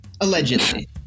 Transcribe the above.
allegedly